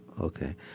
Okay